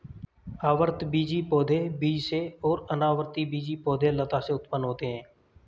आवृतबीजी पौधे बीज से और अनावृतबीजी पौधे लता से उत्पन्न होते है